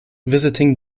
visiting